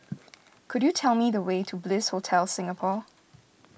could you tell me the way to Bliss Hotel Singapore